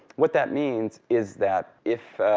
what that means is that if